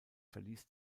verließ